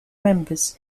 members